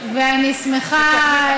ואני שמחה,